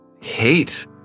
hate